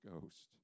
Ghost